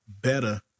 better